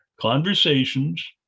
conversations